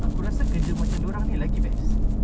aku rasa kerja macam dia orang ni lagi best